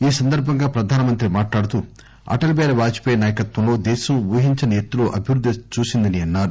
ఈ సందర్భంగా ప్రధానమంత్రి మాట్లాడుతూ అటల్ బిహారి వాజ్ పేయి నాయకత్వంలో దేశం ఊహించని ఎత్తులో అభివృద్దిని చూసిందని అన్నారు